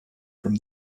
from